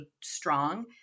strong